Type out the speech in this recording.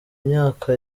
myaka